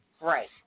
Right